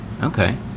Okay